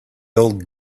old